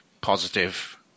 positive